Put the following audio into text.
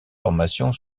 formation